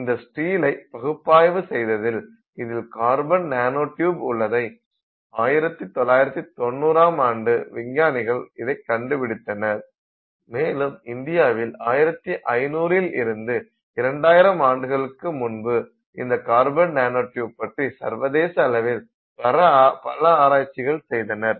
இந்த ஸ்டீலை பகுப்பாய்வு செய்ததில் இதில் கார்பன் நானோ டியூப் உள்ளதை 1990 ஆம் ஆண்டு விஞ்ஞானிகள் இதை கண்டுபிடித்தனர் மேலும் இந்தியாவில் 1500இல் இருந்து 2000 ஆண்டுகளுக்கு முன்பு இந்த கார்பன் நானோ டியூப் பற்றி சர்வதேச அளவில் பல ஆராய்ச்சிகள் செய்தனர்